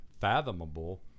fathomable